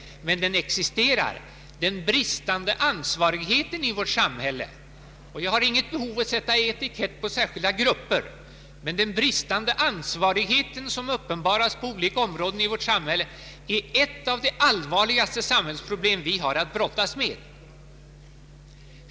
Men den bristande ansvarigheten i vårt samhälle existerar. Jag har inget behov av att sätta etikett på särskilda grupper, men den bristande ansvarighet som uppenbaras på olika områden i vårt samhälle är ett av de allvarligaste samhällsproblem vi har att brottas med.